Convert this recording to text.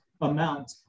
amount